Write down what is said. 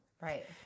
right